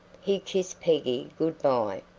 he kissed peggy good-bye,